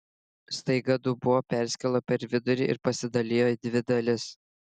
staiga dubuo perskilo per vidurį ir pasidalijo į dvi dalis